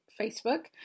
Facebook